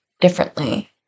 differently